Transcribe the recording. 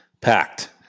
Packed